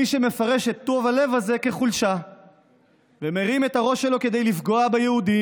מי שמפרש את טוב הלב הזה כחולשה ומרים את הראש שלו כדי לפגוע ביהודים.